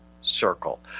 circle